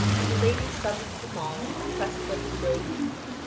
and the lady summons them all and requests them to go to meet him,